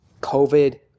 COVID